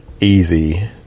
easy